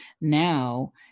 now